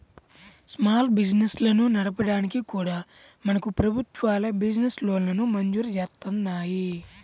small బిజినెస్లను నడపడానికి కూడా మనకు ప్రభుత్వాలే బిజినెస్ లోన్లను మంజూరు జేత్తన్నాయి